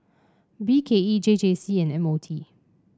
B K E J J C and M O T